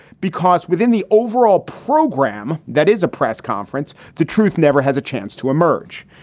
because within the overall program that is a press conference, the truth never has a chance to emerge.